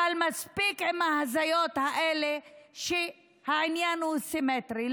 אבל מספיק עם ההזיות האלה שהעניין הוא סימטרי.